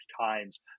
times